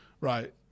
Right